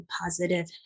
positive